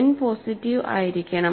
n positive ആയിരിക്കണം